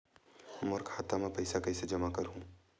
मोर खाता म पईसा कइसे जमा करहु?